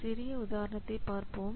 ஒரு சிறிய உதாரணத்தை பார்ப்போம்